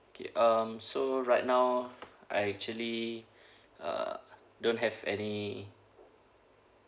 K um so right now I actually uh don't have any